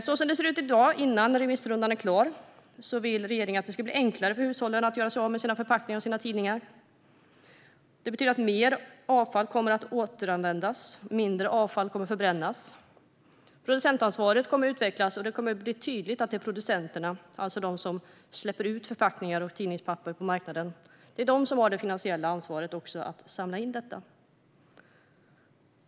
Så som det ser ut i dag innan remissrundan är klar vill regeringen att det ska bli enklare för hushållen att göra sig av med sina förpackningar och sina tidningar. Det betyder att mer avfall kommer att återanvändas och mindre avfall kommer att förbrännas. Producentansvaret kommer att utvecklas. Det kommer att bli tydligt att det är producenterna - de som släpper ut förpackningar och tidningspapper på marknaden - som har det finansiella ansvaret att samla in detta.